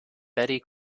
betty